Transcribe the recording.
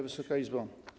Wysoka Izbo!